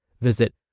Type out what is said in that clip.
Visit